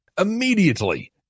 immediately